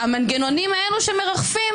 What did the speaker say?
המנגנונים האלו שמרחפים,